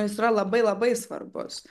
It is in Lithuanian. jis yra labai labai svarbus